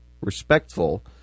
respectful